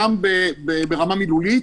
גם ברמה מילולית,